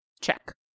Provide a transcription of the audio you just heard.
check